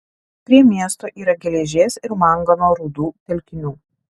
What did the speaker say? prie miesto yra geležies ir mangano rūdų telkinių